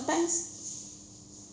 sometimes